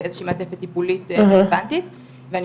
באיזושהי מעטפת טיפולית רלוונטית ואני